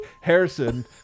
Harrison